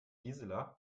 gisela